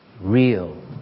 real